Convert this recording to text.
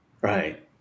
right